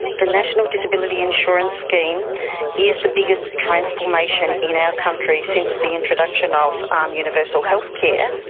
the national disability insurance scheme is the biggest transformation in our country since the introduction of um universal healthcare.